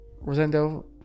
Rosendo